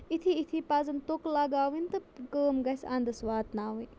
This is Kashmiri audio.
یِتھی یِتھی پَزَن تُکہٕ لَگاوٕنۍ تہٕ کٲم گژھِ اَنٛدَس واتناوٕنۍ